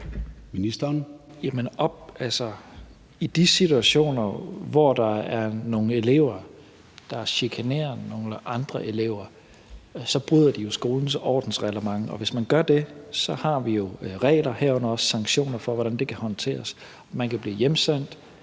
I de situationer, hvor der er nogle elever, der chikanerer nogle andre end elever, bryder de jo skolens ordensreglement, og hvis man gør det, har vi jo regler, herunder også sanktioner, for, hvordan det kan håndteres. Man kan blive hjemsendt,